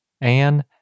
Anne